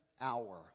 hour